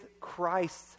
Christ